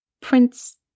Prince